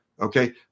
Okay